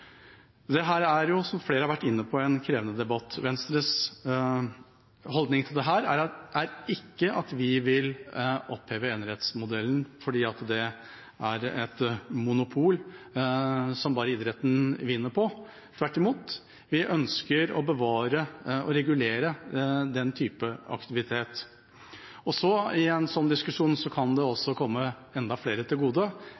er, som flere har vært inne på, en krevende debatt. Venstres holdning til dette er ikke at vi vil oppheve enerettsmodellen fordi det er et monopol som bare idretten vinner på. Tvert imot – vi ønsker å bevare og regulere den type aktivitet. Og igjen, med en sånn diskusjon kan det